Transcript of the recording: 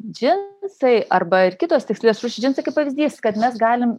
džinsai arba ir kitos tikslės rūšys džinsai kaip pavyzdys kad mes galim